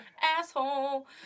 asshole